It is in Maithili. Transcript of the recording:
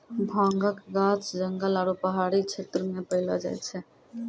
भांगक गाछ जंगल आरू पहाड़ी क्षेत्र मे पैलो जाय छै